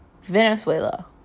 Venezuela